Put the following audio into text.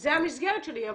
זו המסגרת שלי.